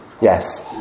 Yes